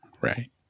Right